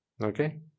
okay